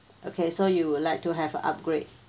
okay so you would like to have a upgrade